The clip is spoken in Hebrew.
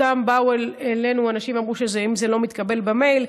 שבאו אלינו אנשים ואמרו שאם זה לא מתקבל במייל,